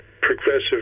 progressive